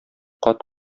кат